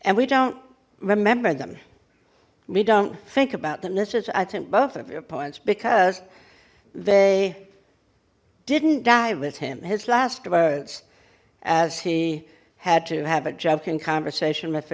and we don't remember them we don't think about them this is i think both of your points because they didn't die with him his last words as he had to have a jump in conversation with